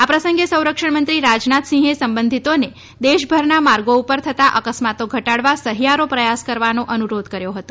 આ પ્રસંગે સંરક્ષણ મંત્રી રાજનાથસિંહે સંબંધિતોને દેશભરના માર્ગો પર થતા અકસ્માતો ઘટાડવા સહિયારો પ્રયાસ કરવાનો અનુરોધ કર્યો હતો